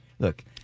Look